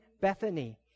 Bethany